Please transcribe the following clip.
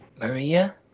Maria